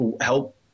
help